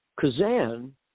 Kazan